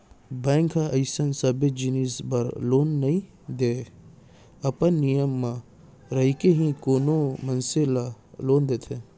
bank ह अइसन सबे जिनिस बर लोन नइ देवय अपन नियम म रहिके ही कोनो मनसे ल लोन देथे